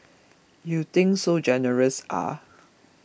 you think so generous ah